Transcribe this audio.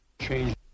change